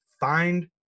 find